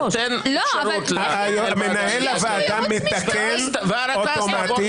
תן אפשרות --- מנהל הוועדה מתקן אוטומטית,